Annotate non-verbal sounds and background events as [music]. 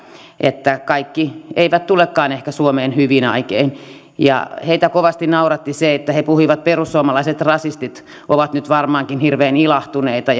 että kaikki eivät ehkä tulekaan suomeen hyvin aikein heitä kovasti nauratti ja he puhuivat että perussuomalaiset rasistit ovat nyt varmaankin hirveän ilahtuneita [unintelligible]